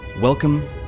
Welcome